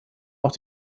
auch